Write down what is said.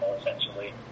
essentially